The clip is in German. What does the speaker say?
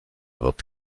wird